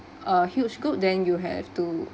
a huge group then you have to